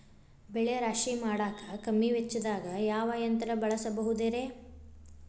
ಬೆಳೆ ರಾಶಿ ಮಾಡಾಕ ಕಮ್ಮಿ ವೆಚ್ಚದಾಗ ಯಾವ ಯಂತ್ರ ಬಳಸಬಹುದುರೇ?